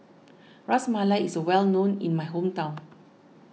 Ras Malai is well known in my hometown